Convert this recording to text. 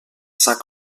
cinq